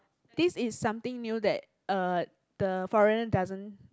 this is something new that uh the foreigner doesn't